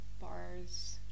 Bars